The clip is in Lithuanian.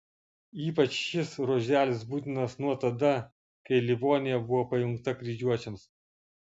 ypač šis ruoželis būtinas nuo tada kai livonija buvo pajungta kryžiuočiams